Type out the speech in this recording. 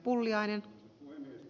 arvoisa puhemies